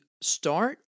start